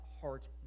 heart